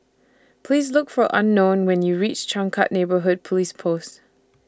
Please Look For Unknown when YOU REACH Changkat Neighbourhood Police Post